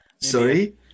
Sorry